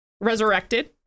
Resurrected